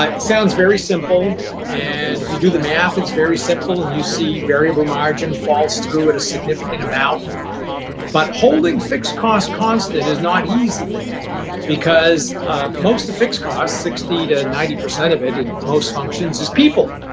like sounds very simple and, if you do the math, it's very simple and you see variable margin falls through at a significant amount but holding fixed costs constant is not easy because most of fixed costs, sixty percent to ninety percent of it in most functions, is people.